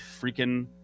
freaking